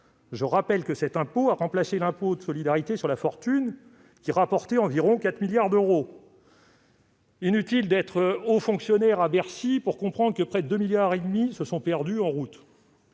Je rappelle que cet impôt a remplacé l'impôt de solidarité sur la fortune, l'ISF, qui rapportait environ 4 milliards d'euros. Inutile d'être haut fonctionnaire à Bercy pour comprendre que près de 2,5 milliards d'euros se sont perdus en route